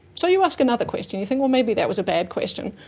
so you ask another question, you think, well, maybe that was a bad question,